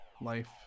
life